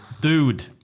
dude